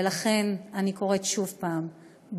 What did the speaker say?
ולכן אני קוראת שוב פעם: